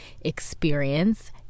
experience